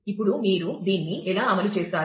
ఇప్పుడు మీరు దీన్ని ఎలా అమలు చేస్తారు